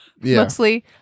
Mostly